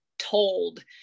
told